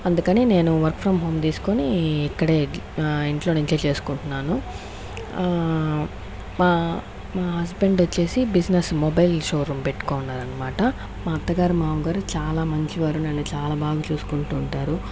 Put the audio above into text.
అందుకని నేను work from home తీసుకొని ఇక్కడే ఇంట్లో నుంచే చేసుకుంటున్నాను మా మా హస్బెండ్ వచ్చేసి బిజినెస్ మొబైల్ షోరూం పెట్టుకున్నారన్నమాట మా అత్తగారు మామగారు చాలా మంచి వారు నన్ను చాలా బాగా చూసుకుంటూ ఉంటారు